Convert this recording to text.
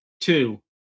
two